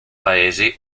paesi